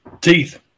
Teeth